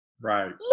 Right